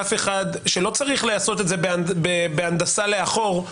שלא צריך לעשות את זה בהנדסה לאחור,